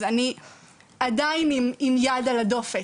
אז אני עדיין עם יד על הדופק,